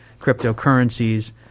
cryptocurrencies